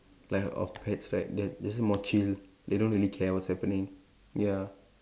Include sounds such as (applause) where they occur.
like of pets right they are they (noise) more chill they don't really care what's happening ya